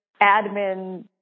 admin